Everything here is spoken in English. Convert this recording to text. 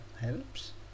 helps